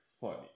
funny